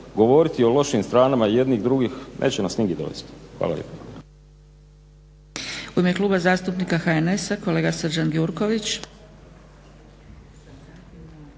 govoriti o lošim stranama jednih, drugih, neće nas nigdje dovesti. Hvala